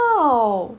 oh